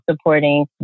supporting